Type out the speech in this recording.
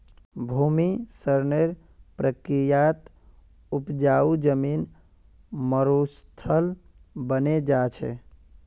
भूमि क्षरनेर प्रक्रियात उपजाऊ जमीन मरुस्थल बने जा छे